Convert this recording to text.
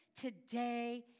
today